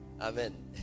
Amen